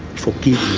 forgive